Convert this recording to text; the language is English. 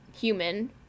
human